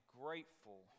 grateful